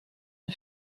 een